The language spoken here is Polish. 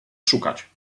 szukać